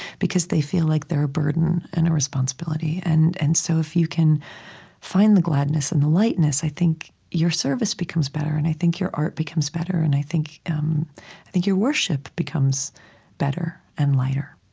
because they feel like they're a burden and a responsibility. and and so, if you can find the gladness and the lightness, i think your service becomes better, and i think your art becomes better, and i think um think your worship becomes better and lighter